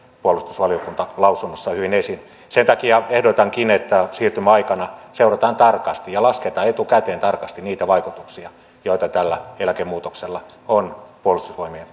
puolustusvaliokunta lausunnossaan hyvin esiin sen takia ehdotankin että siirtymäaikana seurataan tarkasti ja lasketaan etukäteen tarkasti niitä vaikutuksia joita tällä eläkemuutoksella on puolustusvoimien